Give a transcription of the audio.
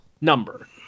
number